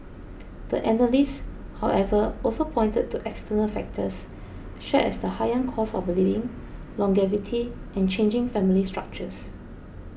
the analysts however also pointed to external factors such as the higher cost of living longevity and changing family structures